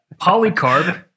Polycarp